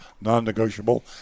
non-negotiable